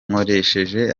nkoresheje